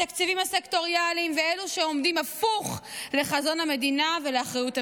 תקציבים סקטוריאליים ואלו שעומדים הפוך לחזון המדינה ולאחריות המדינה,